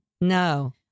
No